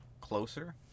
closer